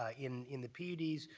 ah in in the puds,